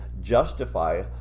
justify